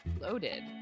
loaded